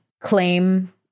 claim